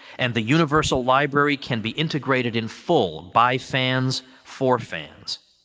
and the universal library can be integrated in full by fans for fans.